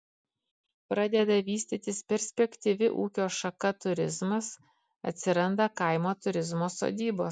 pradeda vystytis perspektyvi ūkio šaka turizmas atsiranda kaimo turizmo sodybos